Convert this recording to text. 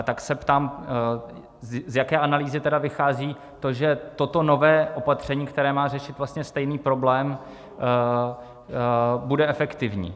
Tak se ptám, z jaké analýzy tedy vychází to, že toto nové opatření, které má řešit vlastně stejný problém, bude efektivní.